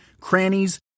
crannies